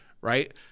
Right